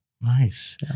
Nice